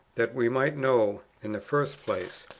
that we might know, in the first place,